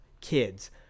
Kids